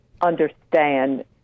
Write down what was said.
understand